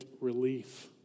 Relief